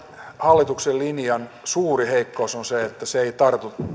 hallituksen linjan suuri heikkous on se että se ei tartu